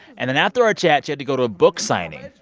and then after our chat, she had to go to a book signing.